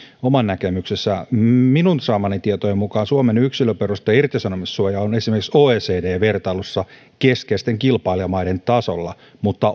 oman näkemyksensä minun saamieni tietojen mukaan suomen yksilöperusteinen irtisanomissuoja on esimerkiksi oecd vertailussa keskeisten kilpailijamaiden tasolla mutta